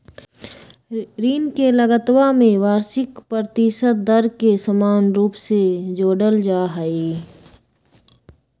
ऋण के लगतवा में वार्षिक प्रतिशत दर के समान रूप से जोडल जाहई